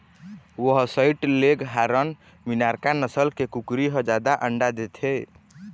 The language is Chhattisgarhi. व्हसइट लेग हारन, मिनार्का नसल के कुकरी ह जादा अंडा देथे